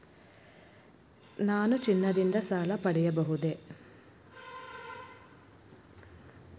ನಾನು ಚಿನ್ನದಿಂದ ಸಾಲ ಪಡೆಯಬಹುದೇ?